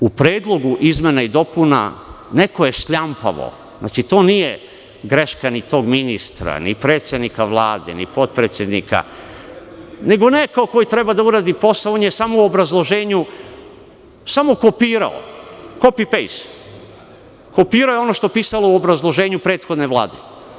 U predlogu izmena i dopuna neko je šljampavo, to nije greška ni tog ministra, ni predsednika Vlade, ni potpredsednika, nego nekog ko je trebalo da uradi posao, on je samo u obrazloženju kopirao, kopi-pejst, kopirao je ono što je pisalo u obrazloženju prethodne Vlade.